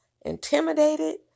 intimidated